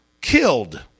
killed